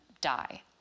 die